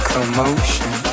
Commotion